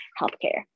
healthcare